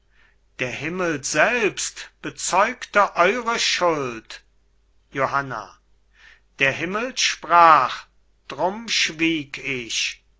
der himmel selbst bezeugte eure schuld johanna der himmel sprach drum schwieg ich